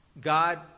God